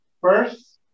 first